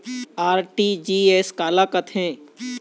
RTGS काला कथें?